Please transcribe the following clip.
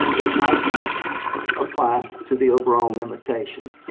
it might not apply to the overall limitation.